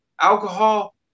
Alcohol